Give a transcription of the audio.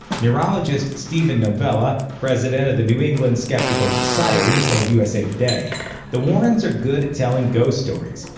neurologist steven novella, president of the new england skeptical society, told usa today the warrens are good at telling ghost stories.